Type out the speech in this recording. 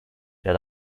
that